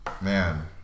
Man